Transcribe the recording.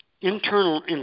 Internal